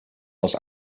was